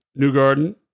Newgarden